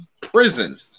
prison